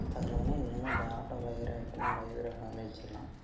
இப்போ சொல்லப்போனால் இது வந்து இந்த ஆட்டோபயோஃக்ராப் வெச்சிக்கிலாம்